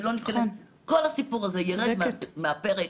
כל הסיפור הזה ירד מהפרק.